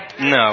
No